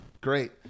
Great